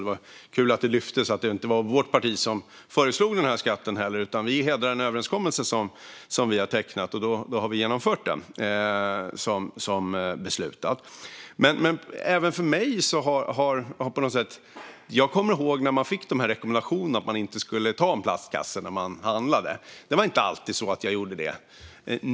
Det var kul att det lyftes fram att det inte var vårt parti som föreslog skatten utan att vi hedrar en överenskommelse som vi har tecknat - och vi har genomfört den som beslutat. Jag kommer ihåg när man fick rekommendationen att inte ta en plastkasse när man handlar. Det var inte alltid så att jag gjorde det.